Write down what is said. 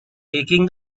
taking